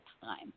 time